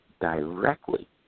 directly